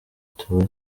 tube